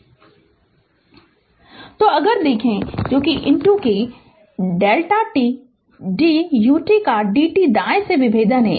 Refer Slide Time 1646 तो अगर देखे कि कि Δ t d ut का d t दाएं से विभेदन है